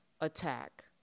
attack